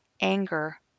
anger